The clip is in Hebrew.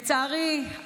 לצערי,